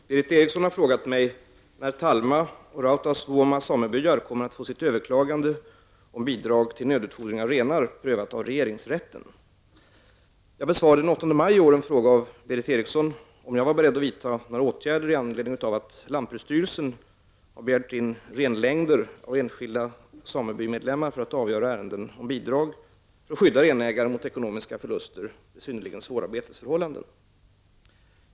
Herr talman! Berith Eriksson har frågat mig när Talma och Rautasvuoma samebyar kommer att få sitt överklagande om bidrag till nödutfodring av renar prövat av regeringsrätten. Jag besvarade den 8 maj i år en fråga av Berith Eriksson om jag var beredd att vidta några åtgärder i anledning av att lantbruksstyrelsen begärt in renlängder av enskilda samebymedlemmar för att avgöra ärenden om bidrag för att skydda renägare mot ekonomiska förluster vid synnerligen svåra betesförhållanden.